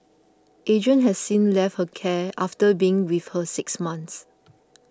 Adrian has since left her care after being with her six months